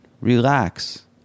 relax